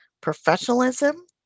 professionalism